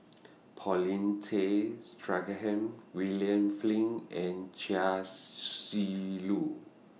Paulin Tay Straughan William Flint and Chia Shi Lu